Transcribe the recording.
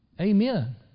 Amen